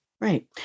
Right